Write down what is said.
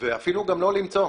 ואפילו גם לא למצוא.